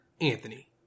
Anthony